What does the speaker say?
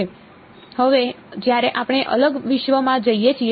હવે જ્યારે આપણે અલગ વિશ્વમાં જઈએ છીએ